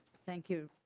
thank you.